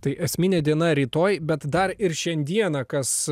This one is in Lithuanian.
tai esminė diena rytoj bet dar ir šiandieną kas